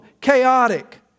chaotic